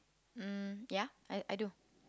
um ya I I do